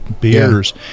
beers